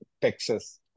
Texas